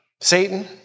Satan